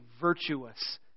virtuous